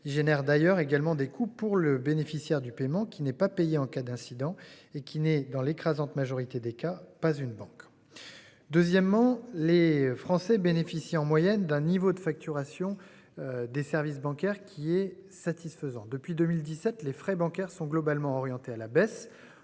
il génère d'ailleurs également des coûts pour le bénéficiaire du paiement qui n'est pas payé en cas d'incident et qui n'est dans l'écrasante majorité des cas, pas une banque. Deuxièmement, les Français bénéficient en moyenne d'un niveau de facturation. Des services bancaires qui est satisfaisant. Depuis 2017, les frais bancaires sont globalement orientés à la baisse